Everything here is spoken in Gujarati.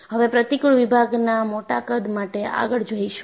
હવે પ્રતિકુળ વિભાગના મોટા કદ માટે આગળ જઈશું